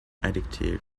addictive